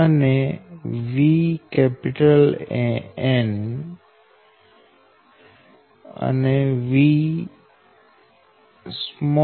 અને VAnVan N1N23 એમ લખી શકાય